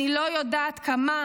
אני לא יודעת כמה